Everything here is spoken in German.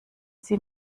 sie